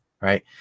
Right